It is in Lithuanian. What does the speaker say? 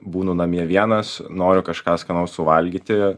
būnu namie vienas noriu kažką skanaus suvalgyti